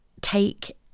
take